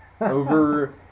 over